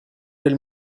del